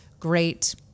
Great